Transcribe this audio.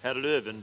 Herr